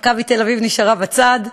"מכבי תל-אביב" נשארה בצד.